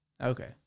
Okay